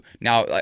now